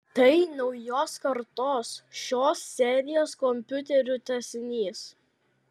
tai naujos kartos šios serijos kompiuterių tęsinys